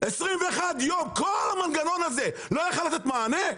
21 יום כל המנגנון הזה לא יכול היה לתת מענה?